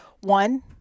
one